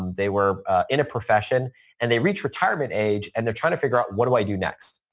they were in a profession and they reach retirement age, and they're trying to figure out what do i do next.